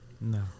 No